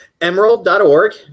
emerald.org